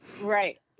right